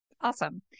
Awesome